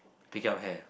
pick up hair